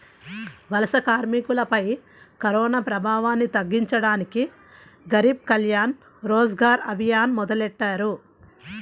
వలస కార్మికులపై కరోనాప్రభావాన్ని తగ్గించడానికి గరీబ్ కళ్యాణ్ రోజ్గర్ అభియాన్ మొదలెట్టారు